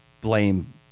blame